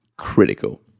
critical